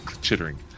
chittering